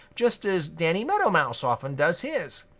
just as danny meadow mouse often does his.